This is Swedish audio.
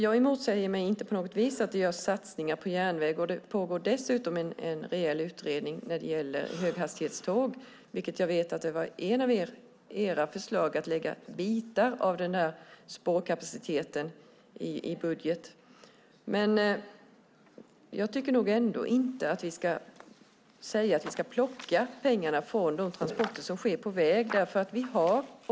Jag har inte något emot att det görs satsningar på järnväg. Nu arbetar dessutom en utredning med frågan om höghastighetståg. Jag vet att ett av era förslag, Helena Leander, var att lägga bitar av spårkapaciteten i budget. Jag tycker nog inte att vi ska plocka pengarna från de transporter som sker på väg.